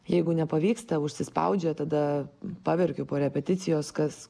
jeigu nepavyksta užsispaudžia tada paverkiu po repeticijos kas